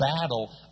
battle